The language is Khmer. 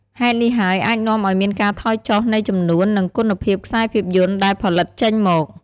ហេតុនេះហើយអាចនាំឱ្យមានការថយចុះនៃចំនួន និងគុណភាពខ្សែភាពយន្តដែលផលិតចេញមក។